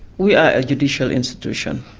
we are a judicial institution,